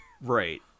Right